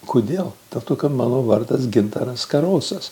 kodėl dėl to kad mano vardas gintaras karosas